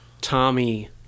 Tommy